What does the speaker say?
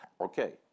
okay